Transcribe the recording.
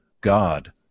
God